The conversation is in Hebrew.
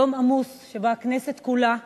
יום עמוס, שבו הכנסת כולה דנה,